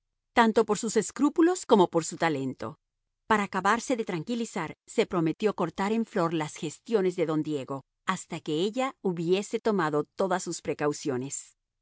tanto por sus escrúpulos como por su talento para acabarse de tranquilizar se prometió cortar en flor las gestiones de don diego hasta que ella hubiese tomado todas sus precauciones